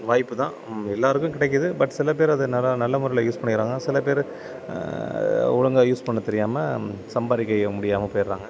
வாய்ப்பு தான் நம்ம எல்லோருக்கும் கிடைக்குது பட் சில பேர் அதை நல்ல நல்லா நல்ல முறையில் யூஸ் பண்ணிக்கிறாங்க சில பேர் ஒழுங்காக யூஸ் பண்ண தெரியாமல் சம்பாதிக்க முடியாமல் போயிடுறாங்க